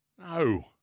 No